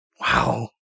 Wow